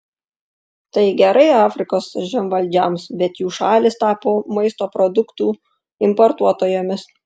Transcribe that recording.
tai gerai afrikos žemvaldžiams bet jų šalys tapo maisto produktų importuotojomis